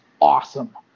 awesome